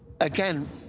Again